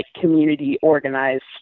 community-organized